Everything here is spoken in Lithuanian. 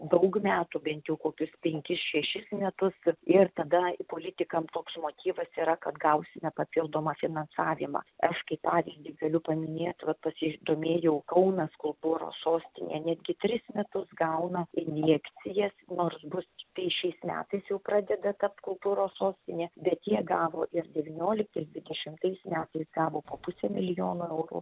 daug metų bent jau kokius penkis šešis metus ir tada politikam toks motyvas yra kad gausime papildomą finansavimą aš kaip pavyzdį galiu paminėt vat pasidomėjau kaunas kultūros sostinė netgi tris metus gauna injekcijas nors bus tai šiais metais jau pradeda tapt kultūros sostinė bet jie gavo ir devynioliktais dvidešimtais metais gavo po pusę milijono eurų